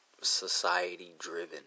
society-driven